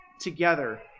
together